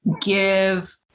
give